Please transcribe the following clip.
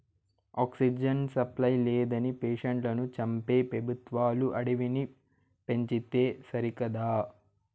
oxygen supply లేదని పేషెంట్లను చంపే పెబుత్వాలు అడవిని పెంచితే సరికదా